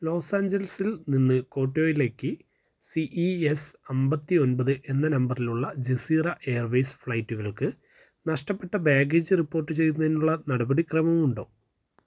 ലോസ്ആഞ്ചലസിൽ നിന്ന് കോട്ട്വോയിലേക്ക് C E S അമ്പത്തി ഒമ്പത് എന്ന നമ്പറിലുള്ള ജെസീറ എയർവേയ്സ് ഫ്ലൈറ്റുകൾക്ക് നഷ്ടപ്പെട്ട ബാഗേജ് റിപ്പോട്ട് ചെയ്യുന്നതിനുള്ള നടപടിക്രമം ഉണ്ടോ